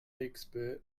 expert